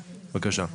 בבקשה,